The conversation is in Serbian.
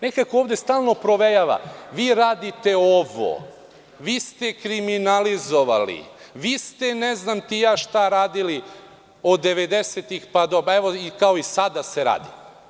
Nekako ovde stalno provejava – vi radite ovo, vi ste kriminalizovali, vi ste ne znam ti ja šta radili od 90-ih, kao i sada se radi.